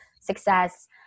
success